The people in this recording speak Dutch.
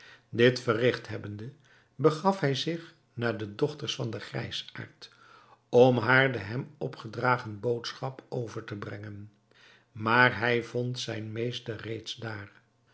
dit verrigt hebbende begaf hij zich naar de dochters van den grijsaard om haar de hem opgedragen boodschap over te brengen maar hij vond zijn meester reeds daar